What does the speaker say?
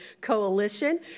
Coalition